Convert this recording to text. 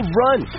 run